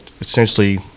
essentially